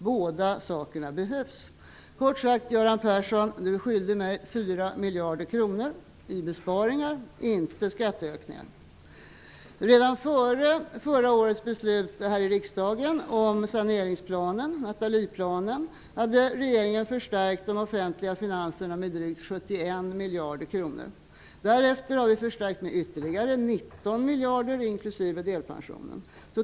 Båda sakerna behövs. Kort sagt: Göran Persson är skyldig mig 4 miljarder kronor i besparingar, inte i skattehöjningar. Redan före förra årets beslut här i riksdagen om saneringsplanen, Nathalieplanen, hade regeringen förstärkt de offentliga finanserna med drygt 71 miljarder kronor. Därefter har vi gjort förstärkningar med ytterligare 19 miljarder, inklusive delpensionen.